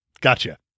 Gotcha